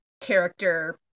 character